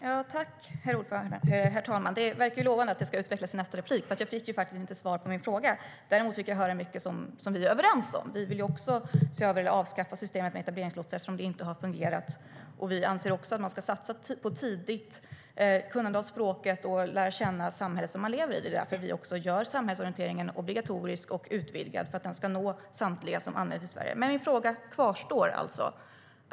Herr talman! Det låter lovade att det ska utvecklas i nästa replik, för jag fick inte svar på min fråga. Däremot fick jag höra mycket som vi är överens om. Vi vill också se över och avskaffa systemet med etableringslotsar eftersom det inte har fungerat. Även vi anser att man ska satsa på tidigt kunnande av språket och lära känna samhället som man lever i. Det är därför vi gör samhällsorienteringen obligatorisk och utvidgad, för att den ska nå samtliga som anländer till Sverige.Min fråga kvarstår.